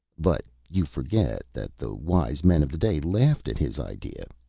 but you forget that the wise men of the day laughed at his idea,